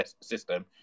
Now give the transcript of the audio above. system